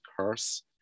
curse